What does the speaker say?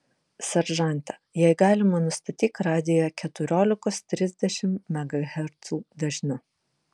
seržante jei galima nustatyk radiją keturiolikos trisdešimt megahercų dažniu